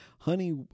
Honey